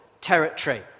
territory